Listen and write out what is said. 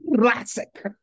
classic